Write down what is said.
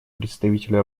представителю